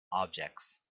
objects